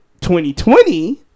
2020